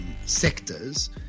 sectors